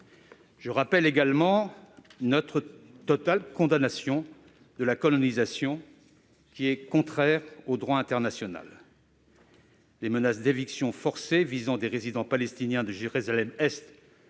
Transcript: Je rappelle également notre totale condamnation de la colonisation, qui est contraire au droit international. Les menaces d'évictions forcées visant des résidents palestiniens de Jérusalem-Est